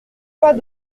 pas